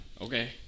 Okay